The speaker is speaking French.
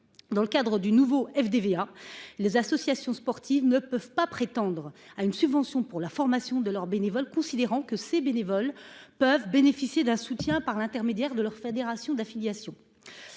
dans le cadre du nouveau FDVA, les associations sportives ne peuvent pas prétendre à une subvention pour la formation de leurs bénévoles, au motif que ces bénévoles peuvent bénéficier d’un soutien par l’intermédiaire de leur fédération d’affiliation.